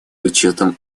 учетом